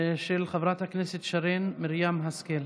של חברת הכנסת שרן מרים השכל.